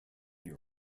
year